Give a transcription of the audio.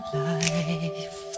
life